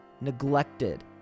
neglected